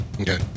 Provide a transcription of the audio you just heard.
Okay